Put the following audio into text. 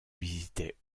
visitait